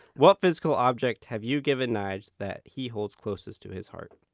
what physical object have you given nyge that he holds closest to his heart?